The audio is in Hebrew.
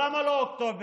למה לא אוקטובר?